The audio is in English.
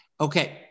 Okay